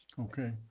Okay